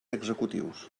executius